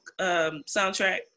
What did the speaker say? soundtrack